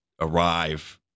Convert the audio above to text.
arrive